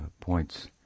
points